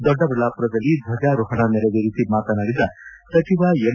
ದೊಡ್ಡಬಳ್ಳಾಮರದಲ್ಲಿ ಧ್ವಜಾರೋಹಣ ನೆರವೇರಿಸಿ ಮಾತನಾಡಿದ ಸಚಿವ ಎಂ